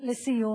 לסיום,